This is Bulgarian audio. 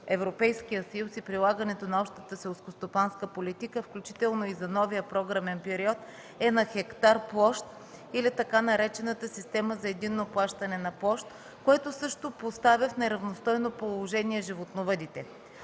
Европейския съюз и прилагането на Общата селскостопанска политика, включително и за новия програмен период, е на хектар площ или така наречената Система за единно плащане на площ, което също поставя в неравностойно положение животновъдите.